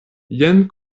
jen